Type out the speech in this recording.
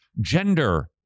gender